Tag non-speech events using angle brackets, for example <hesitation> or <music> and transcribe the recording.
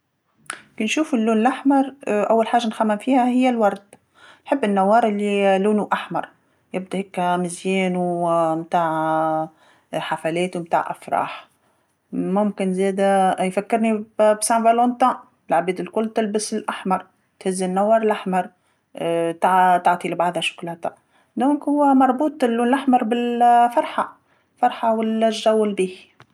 نشوف اللون اللحمر <hesitation> أول حاجة نخمم فيها هي الورد، نحب النوار لي <hesitation> لونو أحمر، يبدا هكا مزيان و- ومتاع <hesitation> حفلات ومتاع أفراح، ممكن زاده <hesitation> يفكرني بزمن طويل، العباد الكل تلبس الأحمر، تهزي النوار اللحمر، <hesitation> ت- تعطي لبعضها شوكولاطه، إذن هو مربوط اللون اللحمر بال- الفرحه، الفرحة وال- الجو الباهي.